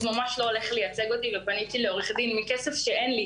החלטתי שהוא ממש לא ייצג אותי ופניתי לעורך דין מכסף שאין לי,